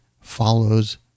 follows